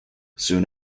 soon